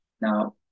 Now